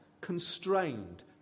constrained